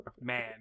Man